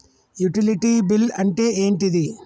Utility bill అంటే ఏంటిది?